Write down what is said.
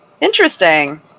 Interesting